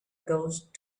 ghost